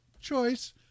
choice